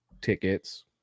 tickets